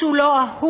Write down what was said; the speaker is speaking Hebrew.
שהוא לא אהוב,